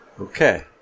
Okay